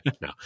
No